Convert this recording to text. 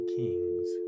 kings